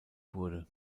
wurde